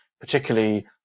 particularly